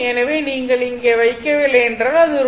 எனவே நீங்கள் இங்கே வைக்கவில்லை என்றால் ஒரு பொருட்டல்ல